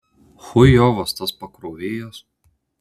chujovas tas pakrovėjas